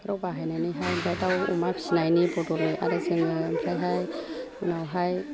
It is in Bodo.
बेफोराव बाहायनानैहाय आमफ्राइ दाउ अमा फिनायनि बदलै आरो जोङो आमफ्रायहाय उनावहाय